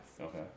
Okay